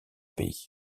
pays